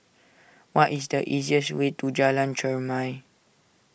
what is the easiest way to Jalan Cherma